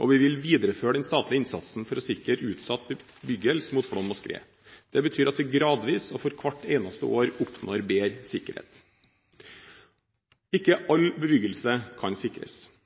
og vi vil videreføre den statlige innsatsen for å sikre utsatt bebyggelse mot flom og skred. Det betyr at vi gradvis og for hvert eneste år oppnår bedre sikkerhet. Ikke all bebyggelse kan sikres,